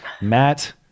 Matt